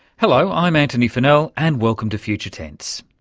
hello i'm antony funnell and welcome to future tense.